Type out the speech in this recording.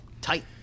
tight